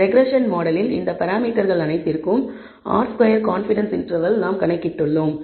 regression மாடலில் இந்த பராமீட்டர்கள் அனைத்திற்கும் r ஸ்கொயர்ட் கான்ஃபிடன்ஸ் இன்டர்வல் நாம் கணக்கிட்டுள்ளோம்